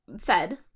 fed